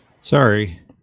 Sorry